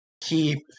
keep